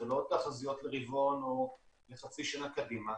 זה לא תחזיות לרבעון או לחצי שנה קדימה,